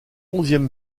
onzième